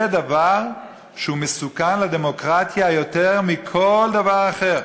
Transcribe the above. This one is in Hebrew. זה דבר שהוא מסוכן לדמוקרטיה יותר מכל דבר אחר,